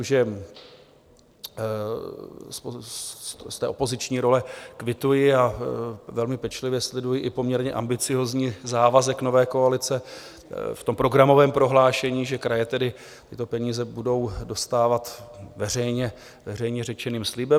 Z opoziční role kvituji a velmi pečlivě sleduji i poměrně ambiciózní závazek nové koalice v programovém prohlášení, že kraje tedy tyto peníze budou dostávat veřejně řečeným slibem.